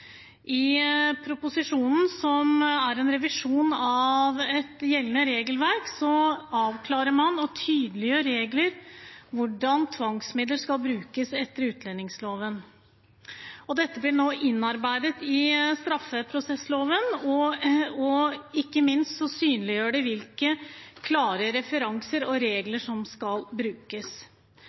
I proposisjonen, som er en revisjon av gjeldende regelverk, avklarer og tydeliggjør man hvilke regler som skal gjelde for bruk av tvangsmidler etter utlendingsloven. Dette blir nå innarbeidet i straffeprosessloven, og ikke minst synliggjør det hvilke klare referanser og regler som skal brukes.